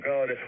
God